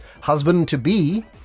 Husband-to-be